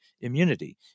immunity